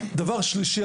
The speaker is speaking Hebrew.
דבר שלישי,